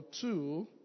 two